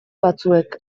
batzuek